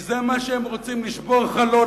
כי זה מה שהם רוצים: לשבור חלון.